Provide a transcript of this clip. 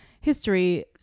history